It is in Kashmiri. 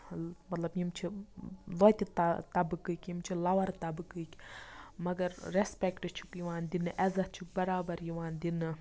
مطلب یِم چھِ وَتہِ طبقٕکۍ یِم چھِ لَوَر طبقٕکۍ مَگر ریسپیکٹ چھُکھ یِوان دِنہٕ عزتھ چھُکھ برابر یِوان دِنہٕ